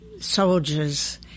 soldiers